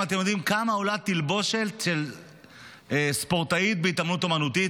האם אתם יודעים כמה עולה תלבושת של ספורטאית בהתעמלות אומנותית?